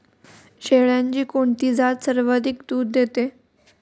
शेळ्यांची कोणती जात सर्वाधिक दूध देते?